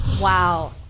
Wow